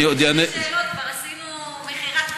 עוד אענה, שתי שאלות, כבר עשינו מכירת חיסול.